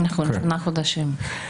אז מה זה ה-10,000?